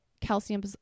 calcium